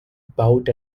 bought